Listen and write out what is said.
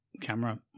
camera